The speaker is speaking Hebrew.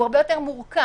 הוא הרבה יותר מורכב.